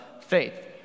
faith